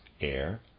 air